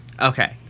Okay